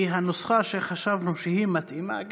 כי הנוסחה שחשבנו כמתאימה,